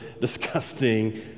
disgusting